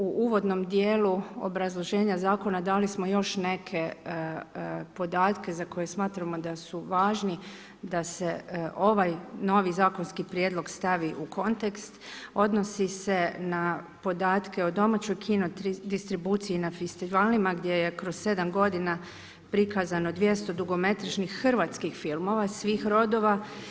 U uvodnom dijelu obrazloženja zakona, dali smo još neke podatke za koje smatramo da su važni, da se ovaj novi zakonski prijedlog stavi u kontekst, odnosi se na podatke o domaćoj kino distribuciji i na festivalima, gdje je kroz 7 g. prikazano 200 dugometražnih hrvatskih filmova svih rodova.